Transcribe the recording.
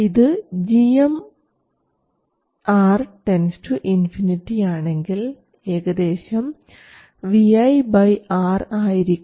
ഇത് gm R ∞ ആണെങ്കിൽ ഏകദേശം Vi R ആയിരിക്കും